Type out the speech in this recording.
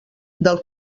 del